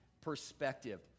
perspective